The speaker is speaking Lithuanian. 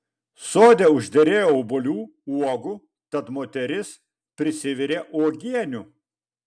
sode užderėjo obuolių uogų tad moteris prisivirė uogienių